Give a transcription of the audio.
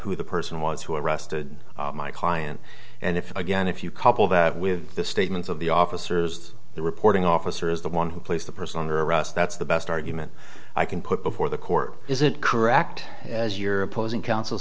who the person was who arrested my client and if again if you couple that with the statements of the officers the reporting officer is the one who placed the person under arrest that's the best argument i can put before the court is it correct as your opposing counsel